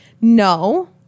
No